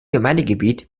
gemeindegebiet